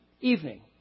evening